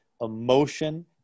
emotion